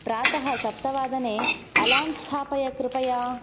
प्रातः सप्तवादने अलार्म् स्थापय कृपया